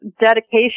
dedication